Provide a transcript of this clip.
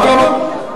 אדרבה.